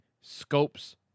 Scopes